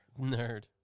Nerd